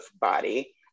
body